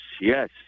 yes